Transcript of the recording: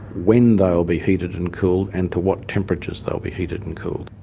when they will be heated and cooled and to what temperatures they will be heated and cooled.